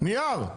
נייר?